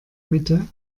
mitte